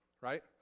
right